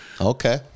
Okay